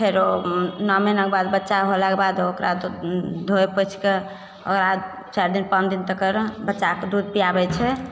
फेरो नओ महिनाके बाद बच्चा होलाके बाद ओकरा धोइ पोछिके ओकरा चारि दिन पाँच दिन तक बच्चाके दूध पिआबै छै